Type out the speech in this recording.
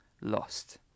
lost